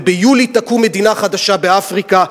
וביולי תקום מדינה חדשה באפריקה,